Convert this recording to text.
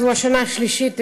זאת השנה השלישית,